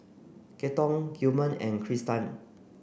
Kenton Gilmer and Krista